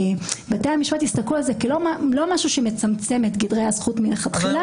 בתי המשפט יסתכלו על זה לא כעל משהו שמצמצם את גדרי הזכות מלכתחילה.